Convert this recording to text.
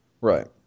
Right